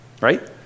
Right